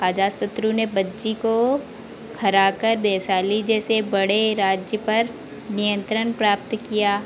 अजातशत्रु ने बज्जी को हराकर वैशाली जैसे बड़े राज्य पर नियंत्रण प्राप्त किया